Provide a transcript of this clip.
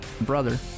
brother